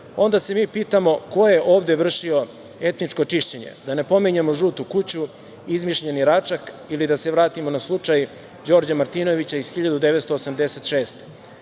Onda se mi pitamo - ko je ovde vršio etičko čišćenje? Da ne pominjemo "žutu kuću", izmišljeni Račak ili da se vratimo na slučaj Đorđa Martinovića iz 1986.